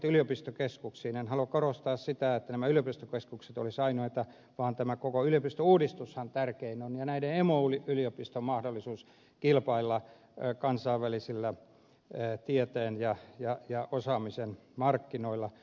en halua korostaa sitä että nämä yliopistokeskukset olisivat ainoita vaan tämä koko yliopistouudistushan on tärkein ja näiden emoyliopistojen mahdollisuus kilpailla kansainvälisillä tieteen ja osaamisen markkinoilla